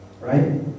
right